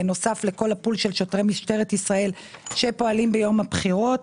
בנוסף לכל הפול של שוטרי משטרת ישראל שפועלים ביום הבחירות,